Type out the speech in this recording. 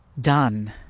done